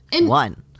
one